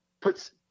puts